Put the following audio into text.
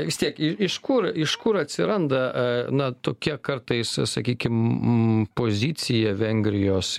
vis tiek i iš kur iš kur atsiranda na tokia kartais sakykim pozicija vengrijos